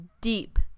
deep